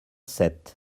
sept